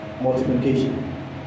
multiplication